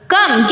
Come